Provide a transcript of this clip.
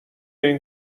این